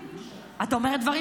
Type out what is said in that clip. --- את אומרת דברים